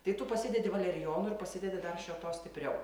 tai tu pasidedi valerijonų ir pasidedi dar šio to stipriau